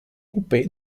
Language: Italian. coupé